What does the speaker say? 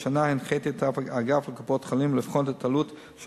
השנה הנחיתי את האגף לקופות-חולים לבחון את העלות של